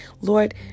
Lord